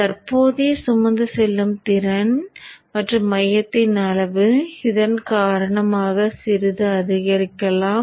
தற்போதைய சுமந்து செல்லும் திறன் மற்றும் மையத்தின் அளவு இதன் காரணமாக சிறிது அதிகரிக்கலாம்